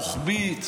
רוחבית,